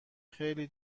خیلی